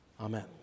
amen